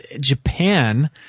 Japan